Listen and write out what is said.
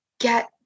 get